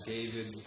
David